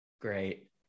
Great